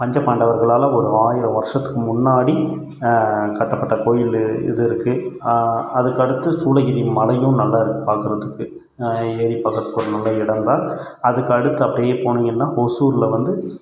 பஞ்சபாண்டவர்களால் ஒரு ஆயிரம் வருஷத்துக்கு முன்னாடி கட்டப்பட்ட கோயில் இது இருக்குது அதுக்கு அடுத்து சூளகிரி மலையும் நல்லாயிருக்கு பார்க்குறதுக்கு ஏறி பார்க்குறதுக்கு ஒரு நல்ல இடம் தான் அதுக்கு அடுத்து அப்படியே போனிங்கன்னால் ஒசூரில் வந்து